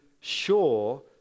sure